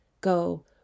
go